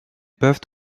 peuvent